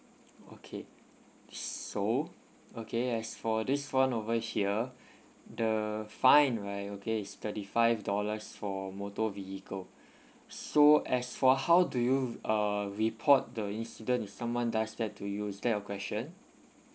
okay so okay as for this one over here the fine right okay is thirty five dollars for motor vehicle so as for how do you uh report the incident if someone does that to you is that your question